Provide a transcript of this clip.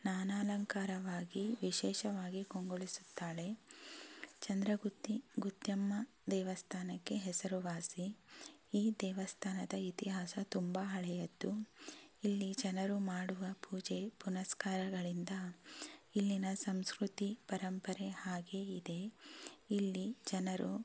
ನಾನಾಲಂಕಾರವಾಗಿ ವಿಶೇಷವಾಗಿ ಕಂಗೊಳಿಸುತ್ತಾಳೆ ಚಂದ್ರಗುತ್ತಿ ಗುತ್ಯಮ್ಮ ದೇವಸ್ಥಾನಕ್ಕೆ ಹೆಸರುವಾಸಿ ಈ ದೇವಸ್ಥಾನದ ಇತಿಹಾಸ ತುಂಬಾ ಹಳೆಯದ್ದು ಇಲ್ಲಿ ಜನರು ಮಾಡುವ ಪೂಜೆ ಪುನಸ್ಕಾರಗಳಿಂದ ಇಲ್ಲಿನ ಸಂಸ್ಕೃತಿ ಪರಂಪರೆ ಹಾಗೇ ಇದೆ ಇಲ್ಲಿ ಜನರು